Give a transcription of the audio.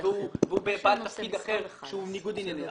והוא בעל תפקיד אחר שהוא ניגוד עניינים.